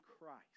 Christ